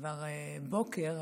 כבר בוקר,